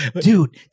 Dude